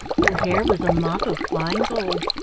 her hair was a mop of fine gold.